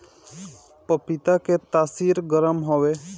पपीता के तासीर गरम हवे